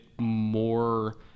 more